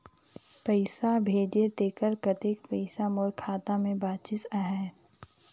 पइसा भेजे तेकर कतेक पइसा मोर खाता मे बाचिस आहाय?